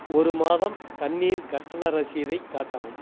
ஒரு மாதம் தண்ணீர் கட்டண ரசீதைக் காட்டவும்